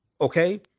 okay